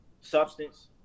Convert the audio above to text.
Substance